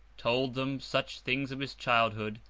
told them such things of his childhood,